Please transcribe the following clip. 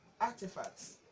artifacts